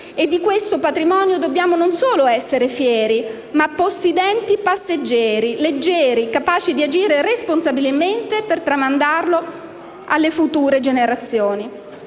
E di questo patrimonio dobbiamo, non solo essere fieri, ma possidenti passeggeri, leggeri, capaci di agire responsabilmente per tramandarlo alle future generazioni.